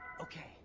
Okay